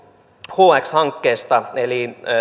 hx hankkeesta eli